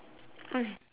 mm